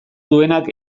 duenak